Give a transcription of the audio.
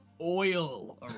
oil